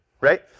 right